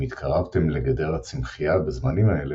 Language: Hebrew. אם התקרבתם לגדר הצמחיה בזמנים האלה,